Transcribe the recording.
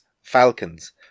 Falcons